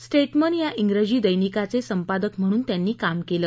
Statesman या जिजी दैनिकाचे संपादक म्हणून त्यांनी काम केलं